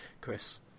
Chris